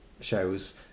Shows